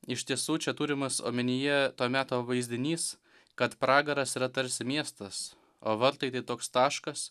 iš tiesų čia turimas omenyje to meto vaizdinys kad pragaras yra tarsi miestas o vartai tai toks taškas